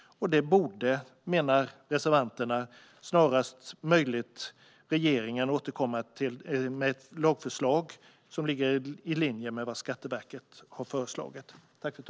Här borde, menar reservanterna, regeringen snarast möjligt återkomma med ett lagförslag som ligger i linje med vad Skatteverket har föreslagit.